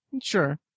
Sure